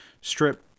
strip